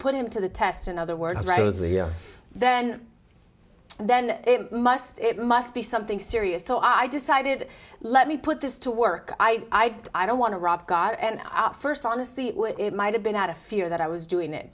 put him to the test in other words then then it must it must be something serious so i decided let me put this to work i i don't want to rob god and our first honestly it might have been out of fear that i was doing it